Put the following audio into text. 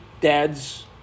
dad's